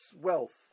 wealth